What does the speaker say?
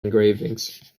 engravings